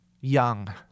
young